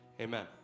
Amen